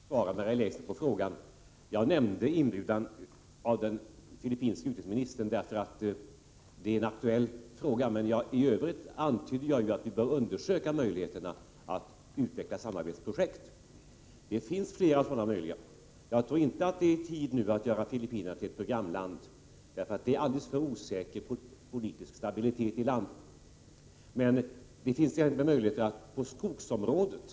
Fru talman! Låt mig kortfattat svara på Maria Leissners fråga. Jag nämnde möjligheten av en inbjudan av den filippinske utrikesministern, eftersom det är en aktuell fråga, men jag antydde i övrigt att vi bör undersöka möjligheterna att utveckla samarbetsprojekt. Det finns flera möjliga sådana. Jag tror inte att det nu är dags att göra Filippinerna till ett programland — därtill är stabiliteten i landet alldeles för osäker — men det finns enligt min mening möjligheter att göra en insats på skogsområdet.